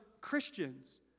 Christians